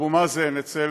אבו מאזן אצל